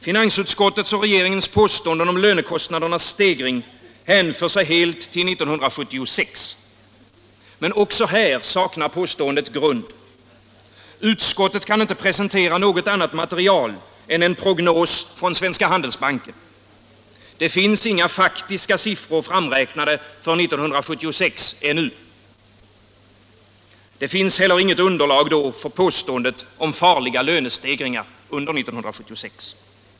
Finansutskottets och regeringens påståenden om lönekostnadernas stegring hänför sig helt till 1976. Men också här saknar påståendet grund. Utskottet kan inte presentera något annat material än en prognos från Svenska Handelsbanken. Det finns inga faktiska siffror framräknade för 1976 ännu. Det finns heller inget underlag för påståendet om farliga lönestegringar under 1976.